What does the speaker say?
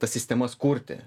tas sistemas kurti